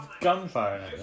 gunfire